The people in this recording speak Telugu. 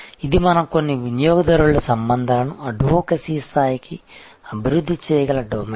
ఇది మనం కొన్ని వినియోగదారుల సంబంధాలను అడ్వొకేసీ స్థాయికి అభివృద్ధి చేయగల డొమైన్